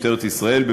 משטרת ישראל,